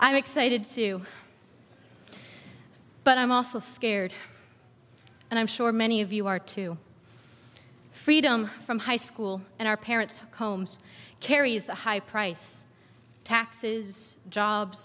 i'm excited too but i'm also scared and i'm sure many of you are too freedom from high school and our parents homes carries a high price taxes jobs